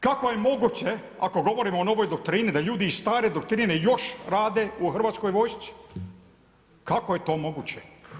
Kako je moguće, ako govorimo o novoj doktrini, da ljudi iz stare doktrine još rade u Hrvatskoj vojsci, kako je to moguće?